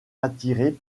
attirée